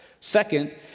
Second